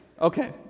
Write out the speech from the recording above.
Okay